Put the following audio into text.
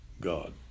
God